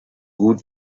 gut